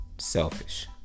selfish